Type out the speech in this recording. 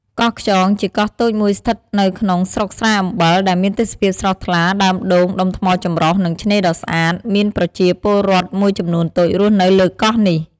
កោះខ្យង ជាកោះតូចមួយស្ថិតនៅក្នុងស្រុកស្រែអំបិល ដែលមានទេសភាពស្រស់ថ្លា ដើមដូង ដុំថ្មចម្រុះ និងឆ្នេរដ៏ស្អាត។ មានប្រជាពលរដ្ឋមួយចំនួនតូចរស់នៅលើកោះនេះ។